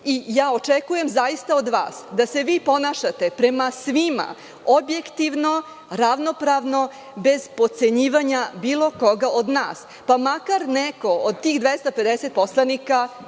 očekujem od vas da se vi ponašate prema svima objektivno, ravnopravno, bez potcenjivanja bilo koga od nas, pa makar neko od tih 250 poslanika